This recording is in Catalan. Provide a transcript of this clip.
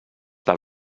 del